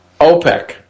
OPEC